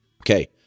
Okay